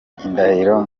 indahiro